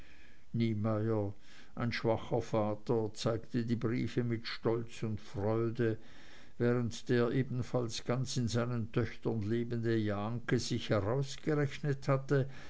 niemeyer ein schwacher vater zeigte die briefe mit stolz und freude während der ebenfalls ganz in seinen töchtern lebende jahnke sich herausgerechnet hatte